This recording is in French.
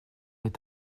est